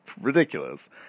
ridiculous